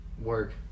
work